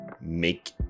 make